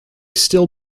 still